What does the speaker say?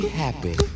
happy